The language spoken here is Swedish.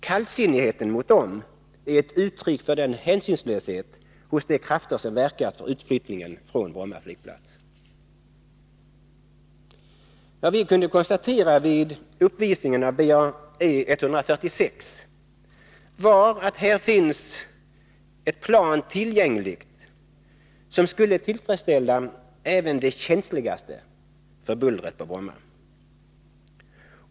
Kallsinnigheten mot dem är ett uttryck för hänsynslöshet hos de krafter som verkat för utflyttningen från Bromma flygplats. Vad vi kunde konstatera vid uppvisningen av BAe 146 var att här finns ett plan tillgängligt som skulle tillfredsställa även dem som är mest känsliga för bullret på Bromma.